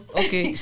okay